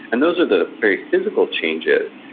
and those are the very physical changes.